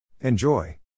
Enjoy